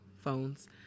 phones